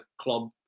club